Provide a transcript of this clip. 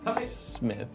Smith